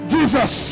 Jesus